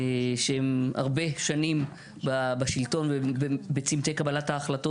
שהם הרבה שנים בשלטון ובצוותי קבלת ההחלטות